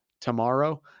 tomorrow